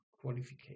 qualification